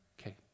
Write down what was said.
Okay